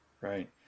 Right